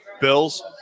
Bills